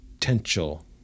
potential